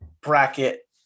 bracket